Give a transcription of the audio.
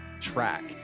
track